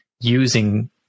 using